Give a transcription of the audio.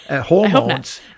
hormones